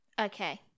Okay